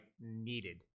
needed